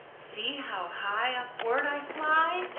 see how high upward i fly!